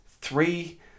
three